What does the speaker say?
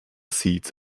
seeds